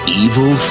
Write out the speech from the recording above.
evil